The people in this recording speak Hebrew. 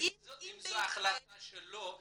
אבל אם זו החלטה שלו,